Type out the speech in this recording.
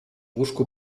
łóżku